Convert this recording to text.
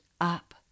up